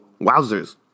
Wowzers